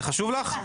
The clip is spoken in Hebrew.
זה חשוב לך?